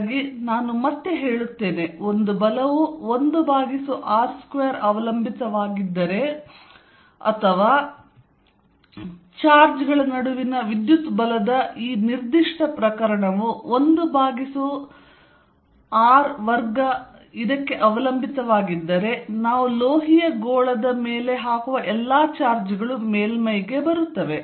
ಹಾಗಾಗಿ ನಾನು ಮತ್ತೆ ಹೇಳುತ್ತೇನೆ ಒಂದು ಬಲವು 1r2 ಅವಲಂಬಿತವಾಗಿದ್ದರೆ ಅಥವಾ ಚಾರ್ಜ್ಗಳ ನಡುವಿನ ವಿದ್ಯುತ್ ಬಲದ ಈ ನಿರ್ದಿಷ್ಟ ಪ್ರಕರಣವು 1r2 ಅವಲಂಬಿತವಾಗಿದ್ದರೆ ನಾವು ಲೋಹೀಯ ಗೋಳದ ಮೇಲೆ ಹಾಕುವ ಎಲ್ಲಾ ಚಾರ್ಜ್ಗಳು ಮೇಲ್ಮೈಗೆ ಬರುತ್ತವೆ